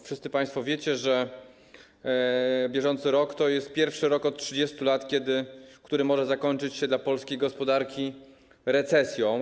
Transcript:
Wszyscy państwo wiecie, że bieżący rok to jest pierwszy rok od 30 lat, który może zakończyć się dla polskiej gospodarki recesją.